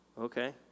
Okay